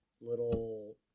little